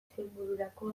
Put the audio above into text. izenbururako